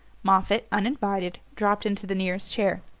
moffatt, uninvited, dropped into the nearest chair,